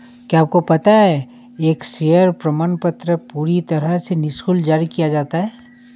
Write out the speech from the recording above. क्या आपको पता है एक शेयर प्रमाणपत्र पूरी तरह से निशुल्क जारी किया जाता है?